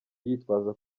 yitwaza